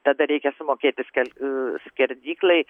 tada reikia sumokėt viską skerdyklai